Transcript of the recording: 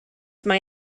mae